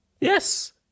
Yes